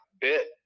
bit